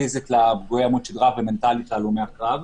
פיזית לפגועי עמוד השדרה ומנטלית להלומי הקרב.